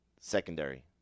secondary